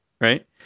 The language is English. right